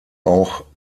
auch